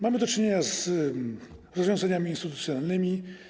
Mamy do czynienia z rozwiązaniami instytucjonalnymi.